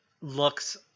looks